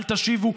אל תשיבו.